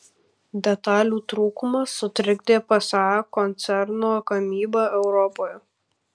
detalių trūkumas sutrikdė psa koncerno gamybą europoje